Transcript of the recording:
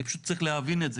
אני פשוט צריך להבין את זה.